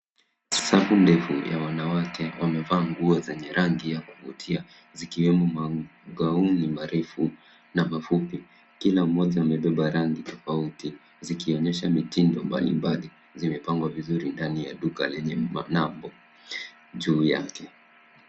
Safu ndefu ya wanawake wamevaa nguo zenye rangi ya kuvutia zikiwemo magauni marefu na mafupi. Kila moja amebeba rangi tofauti zikionyesha mitindo mbalimbali. zimepangwa vizuri ndani ya duka lenye nembo juu yake.